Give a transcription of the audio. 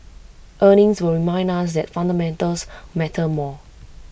earnings will remind us that fundamentals matter more